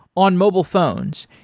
on mobile phones,